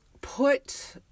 put